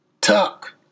tuck